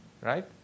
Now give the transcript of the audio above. right